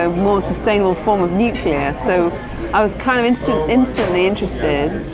um more sustainable form of nuclear. so i was kind of instantly instantly interested.